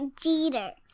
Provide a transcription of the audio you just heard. Jeter